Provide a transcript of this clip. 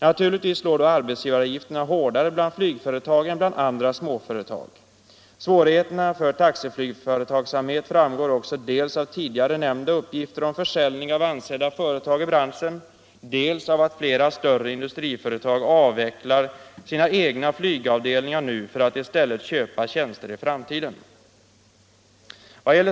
Naturligtvis slår då arbetsgivaravgifterna hårdare bland flygföretag än bland andra småföretag. Svårigheterna för taxiflygföretagsamhet framgår också dels av tidigare nämnda uppgifter om försäljning av ansedda företag i branschen, dels av att flera större industriföretag avvecklar sina egna flygavdelningar nu för att i stället köpa tjänster i framtiden.